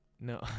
No